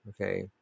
okay